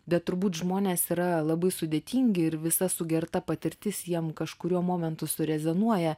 bet turbūt žmonės yra labai sudėtingi ir visa sugerta patirtis jiem kažkuriuo momentu su rezonuoja